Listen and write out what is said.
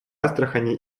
астрахани